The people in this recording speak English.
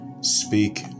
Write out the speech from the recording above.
Speak